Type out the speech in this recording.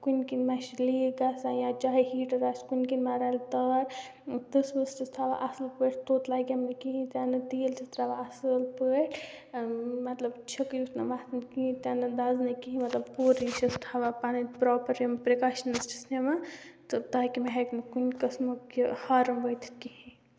کُنۍ کِنۍ ما چھِ لیٖک گژھان یا چاہے ہیٖٹَر آسہِ کُنۍ کِنۍ ما رَلہِ تار تٕژھ وٕژھ چھیٚس تھاوان اصٕل پٲٹھۍ توٚت لَگیٚم نہٕ کِہیٖنۍ تہِ نہٕ تیٖل چھیٚس ترٛاوان اصۭل پٲٹھۍ ٲں مطلب چھِکہٕ یُتھ نہٕ وۄتھیٚن کِہیٖنۍ تہِ نہٕ دَزٕ نہٕ کِہیٖنۍ مطلب پوٗرٕ یہِ چھیٚس تھاوان پَنٕنۍ پرٛاپَر یِم پرٛکاشَنٕز چھیٚس نِوان تہٕ تاکہِ مےٚ ہیٚکہِ نہٕ کُنہِ قٕسمُک یہِ ہارٕم وٲتِتھ کِہیٖنی